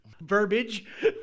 verbiage